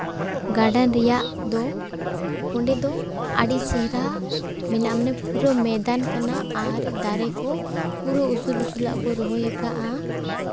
garden ᱨᱮᱭᱟᱜ ᱫᱚ ᱚᱸᱰᱮ ᱫᱚ ᱟᱹᱰᱤ ᱪᱮᱦᱨᱟ ᱢᱮᱱᱟᱜᱼᱟ ᱢᱟᱱᱮ ᱯᱩᱨᱟᱹ ᱢᱚᱭᱫᱟᱱ ᱠᱟᱱᱟ ᱟᱨ ᱫᱟᱨᱮ ᱠᱚ ᱯᱩᱨᱟᱹ ᱩᱥᱩᱞ ᱩᱥᱩᱞᱟᱜ ᱠᱚ ᱨᱚᱦᱚᱭᱟᱠᱟᱫᱼᱟ